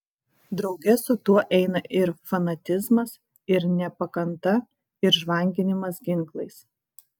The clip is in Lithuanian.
drauge su tuo eina ir fanatizmas ir nepakanta ir žvanginimas ginklais